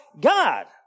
God